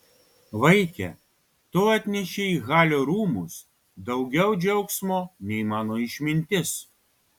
vaike tu atnešei į halio rūmus daugiau džiaugsmo nei mano išmintis